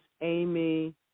Amy